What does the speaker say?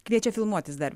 kviečia filmuotis dar